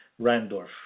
Randorf